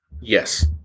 Yes